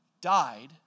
died